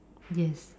yes